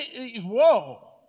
Whoa